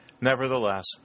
Nevertheless